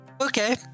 Okay